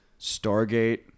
Stargate